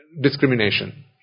discrimination